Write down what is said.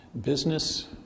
business